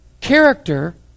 Character